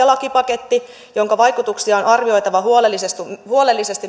lakipaketti jonka vaikutuksia on arvioitava huolellisesti huolellisesti